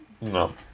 No